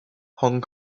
hong